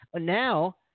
Now